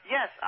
Yes